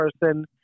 person